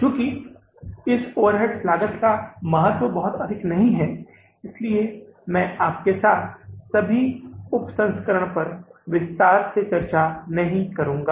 चूंकि इस ओवरहेड लागत का महत्व बहुत अधिक नहीं है इसलिए मैं आपके साथ सभी उप संस्करण पर विस्तार से चर्चा नहीं करुंगा